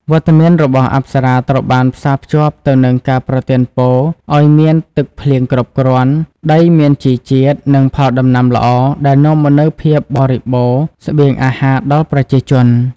វត្តមានរបស់អប្សរាត្រូវបានផ្សារភ្ជាប់ទៅនឹងការប្រទានពរឲ្យមានទឹកភ្លៀងគ្រប់គ្រាន់ ដីមានជីជាតិ និងផលដំណាំល្អ ដែលនាំមកនូវភាពបរិបូរណ៍ស្បៀងអាហារដល់ប្រជាជន។